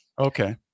Okay